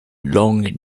long